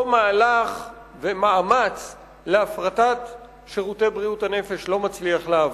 אותו מהלך ומאמץ להפרטת שירותי בריאות הנפש לא מצליח לעבור.